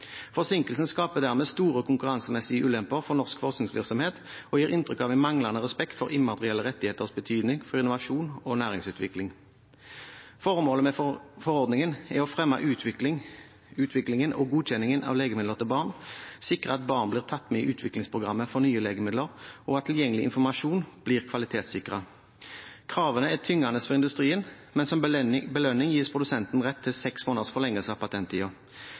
norsk forskningsvirksomhet og gir inntrykk av en manglende respekt for immaterielle rettigheters betydning for innovasjon og næringsutvikling. Formålet med forordningen er å fremme utviklingen og godkjenningen av legemidler til barn, sikre at barn blir tatt med i utviklingsprogrammet for nye legemidler, og at tilgjengelig informasjon blir kvalitetssikret. Kravende er tyngende for industrien, men som belønning gis produsenten rett til seks måneders forlengelse av